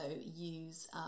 use